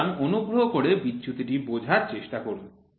সুতরাং অনুগ্রহ করে বিচ্যুতিটি বোঝার চেষ্টা করুন